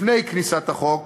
לפני כניסת החוק